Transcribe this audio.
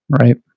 right